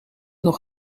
nog